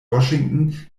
washington